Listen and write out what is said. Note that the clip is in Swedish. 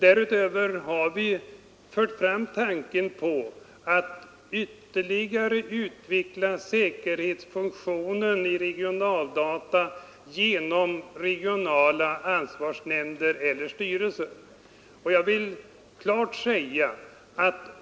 Därutöver har vi fört fram tanken på att ytterligare utveckla säkerhetsfunktionen i regionaldata genom regionala ansvarsnämnder eller styrelser.